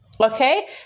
okay